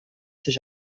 sich